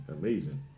amazing